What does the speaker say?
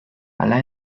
hala